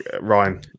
ryan